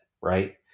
Right